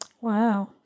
Wow